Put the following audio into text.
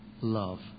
love